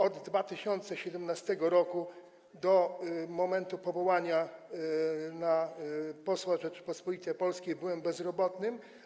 Od 2017 r. do momentu powołania na posła Rzeczypospolitej Polskiej byłem bezrobotny.